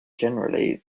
generally